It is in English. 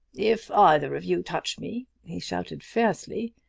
if either of you touch me, he shouted fiercely,